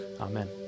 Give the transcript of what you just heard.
Amen